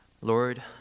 Lord